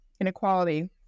inequality